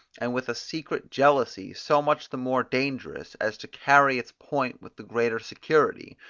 and with a secret jealousy so much the more dangerous, as to carry its point with the greater security,